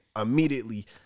Immediately